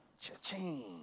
cha-ching